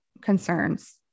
concerns